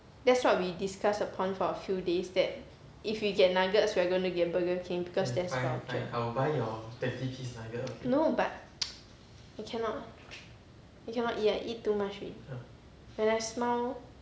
that's what we discussed upon for a few days that if we get nuggets we're gonna get burger king because there's voucher no but you cannot eat I eat too much already when I smile